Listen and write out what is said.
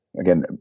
again